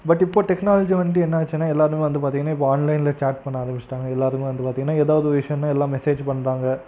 but இப்போது technology வந்துட்டு என்ன ஆச்சுனா எல்லாேருமே வந்து பார்த்தீங்கன்னா இப்போது ஆன்லைனில் சேட் பண்ண ஆரமிச்சுட்டாங்க எல்லாேருமே வந்து பார்த்தீங்கன்னா ஏதாவது ஒரு விஷயம்னால் எல்லாம் மெசேஜ் பண்ணுறாங்க